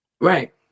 right